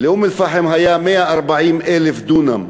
לאום-אלפחם היו 140,000 דונם.